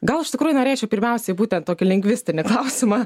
gal iš tikrųjų norėčiau pirmiausiai būtent tokį lingvistinį klausimą